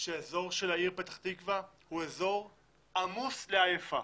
שהאזור של העיר פתח תקווה הוא אזור עמוס לעייפה